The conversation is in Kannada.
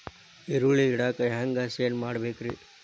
ಈರುಳ್ಳಿ ಇಡಾಕ ಹ್ಯಾಂಗ ಶೆಡ್ ಮಾಡಬೇಕ್ರೇ?